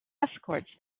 escorts